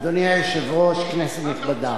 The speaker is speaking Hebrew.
אדוני היושב-ראש, כנסת נכבדה,